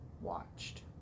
watched